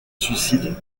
suicide